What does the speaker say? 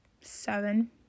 Seven